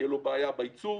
תהיה לו בעיה בייצור,